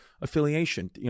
affiliation